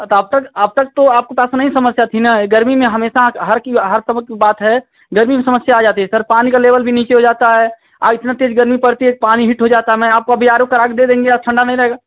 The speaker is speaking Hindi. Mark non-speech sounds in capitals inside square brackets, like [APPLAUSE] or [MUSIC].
अब तक अब तक तो आपको [UNINTELLIGIBLE] नही न समस्या थी न गर्मी में हमेशा हर की हर [UNINTELLIGIBLE] बात है गर्मी में समस्या आ जाती है सर पानी का लेभल भी नीचे हो जाता है आ इतना तेज गर्मी पड़ती है त पानी हिट हो जात है में आपको अभी आर ओ करा कर दे देंगे अब ठंडा नहीं रहेगा